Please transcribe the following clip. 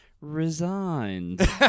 Resigned